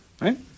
Right